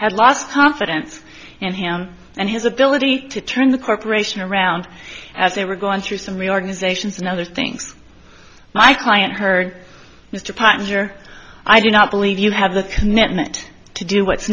had lost confidence in him and his ability to turn the corporation around as they were going through some reorganizations and other things my client heard mr parmenter i do not believe you have the commitment to do what's